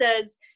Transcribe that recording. says